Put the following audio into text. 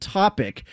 topic